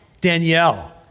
Danielle